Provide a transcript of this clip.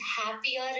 happier